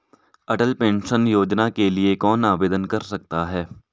अटल pension Yojana के लिए कौन आवेदन कर सकता है?